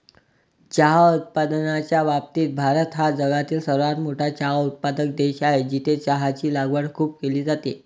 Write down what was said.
चहा उत्पादनाच्या बाबतीत भारत हा जगातील सर्वात मोठा चहा उत्पादक देश आहे, जिथे चहाची लागवड खूप केली जाते